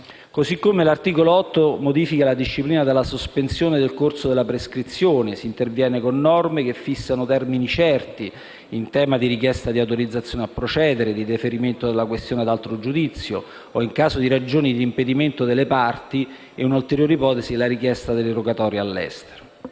cronache. L'articolo 8 modifica la disciplina della sospensione del corso della prescrizione. Si interviene con norme che fissano termini certi in tema di richiesta di autorizzazione a procedere e di deferimento della questione ad altro giudizio; in caso di ragioni di impedimento delle parti, un'ulteriore ipotesi è la richiesta di rogatorie all'estero.